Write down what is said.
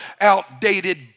outdated